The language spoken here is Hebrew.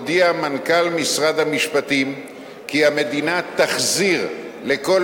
הודיע מנכ"ל משרד המשפטים כי המדינה תחזיר לכל